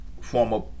former